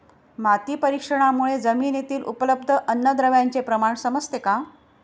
माती परीक्षणामुळे जमिनीतील उपलब्ध अन्नद्रव्यांचे प्रमाण समजते का?